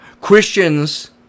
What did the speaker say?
Christians